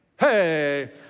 Hey